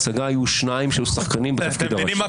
פשרה גדולה.